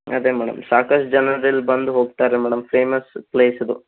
ಅದೇ ಮೇಡಮ್ ಸಾಕಷ್ಟು ಜನರಿಲ್ಲಿ ಬಂದು ಹೋಗ್ತಾರೆ ಮೇಡಮ್ ಫೇಮಸ್ ಪ್ಲೇಸ್ ಇದು